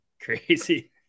crazy